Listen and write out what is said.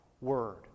word